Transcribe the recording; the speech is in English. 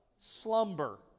Slumber